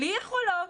בלי יכולות,